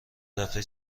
دفعه